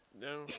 no